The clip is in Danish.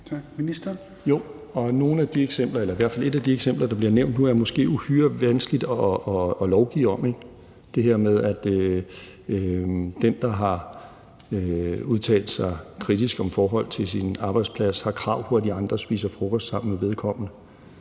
Justitsministeren (Nick Hækkerup): Jo, og i hvert fald et af de eksempler, der bliver nævnt nu, er det måske uhyre vanskeligt at lovgive om, altså det her med, at den, der har udtalt sig kritisk om forhold til sin arbejdsplads, har krav på, at de andre spiser frokost sammen med vedkommende.